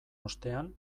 ostean